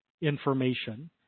information